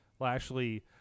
Lashley